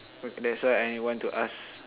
that's why I want to ask